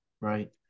Right